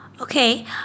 Okay